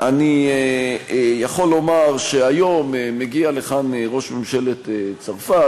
אני יכול לומר שהיום מגיע לכאן ראש ממשלת צרפת,